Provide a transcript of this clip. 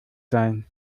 sein